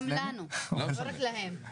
גם לנו, לא רק להם.